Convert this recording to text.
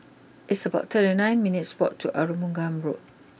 it's about thirty nine minutes' walk to Arumugam Road